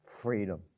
freedom